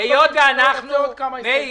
הולך להגיש כמה הסתייגויות.